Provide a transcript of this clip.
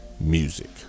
music